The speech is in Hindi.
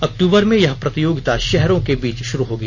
अक्टूबर में यह प्रतियोगिता शहरों के बीच शुरू होगी